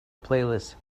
playlist